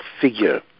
figure